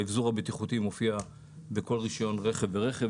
האבזור הבטיחותי מופיע בכל רישיון רכב ורכב,